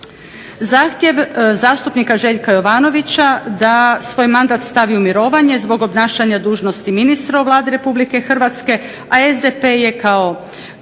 Zahtjev zastupnika Željka Jovanovića da svoj mandat stavi u mirovanje zbog obnašanja dužnosti ministra u Vladi RH a SDP je kao